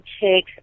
take